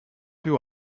più